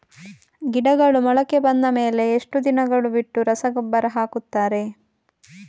ಗಿಡಗಳು ಮೊಳಕೆ ಬಂದ ಮೇಲೆ ಎಷ್ಟು ದಿನಗಳು ಬಿಟ್ಟು ರಸಗೊಬ್ಬರ ಹಾಕುತ್ತಾರೆ?